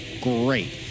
great